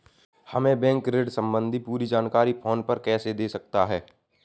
हमें बैंक ऋण संबंधी पूरी जानकारी फोन पर कैसे दे सकता है?